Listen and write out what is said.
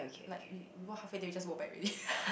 like we we walked half way then we just walked back already